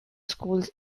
schools